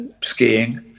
skiing